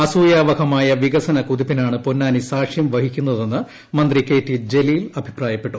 അസൂയാവഹമായ വികസന കുതിപ്പിനാണ് പൊന്നാനി സാക്ഷ്യംവഹിക്കുന്നതെന്ന് മന്ത്രി കെ ടി ജലീൽ അഭിപ്രായപ്പെട്ടു